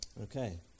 Okay